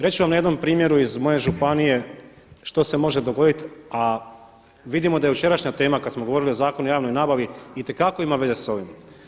Reći ću vam na jednom primjeru iz moje županije što se može dogoditi a vidimo da je jučerašnja tema kad smo govorili o Zakonu o javnoj nabavi itekako ima veze sa ovim.